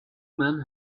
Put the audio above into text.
men